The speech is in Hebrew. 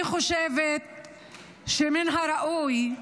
אני חושבת שמן הראוי,